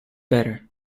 better